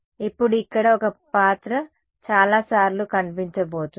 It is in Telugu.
ఇప్పుడు ఇక్కడ ఈ పాత్ర చాలాసార్లు కనిపించబోతోంది